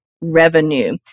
revenue